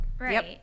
Right